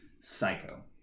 Psycho